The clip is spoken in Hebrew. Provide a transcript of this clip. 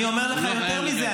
אני אומר לך יותר מזה.